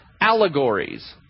allegories